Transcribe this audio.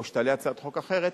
או שתעלה הצעת חוק אחרת,